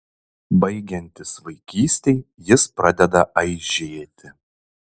baigiantis vaikystei jis pradeda aižėti